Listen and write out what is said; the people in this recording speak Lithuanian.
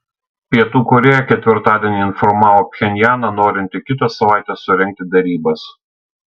pietų korėja ketvirtadienį informavo pchenjaną norinti kitą savaitę surengti derybas